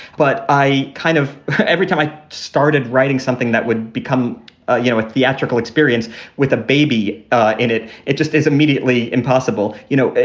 but i kind of every time i started writing something that would become, ah you know, a theatrical experience with a baby in it, it just is immediately impossible. you know,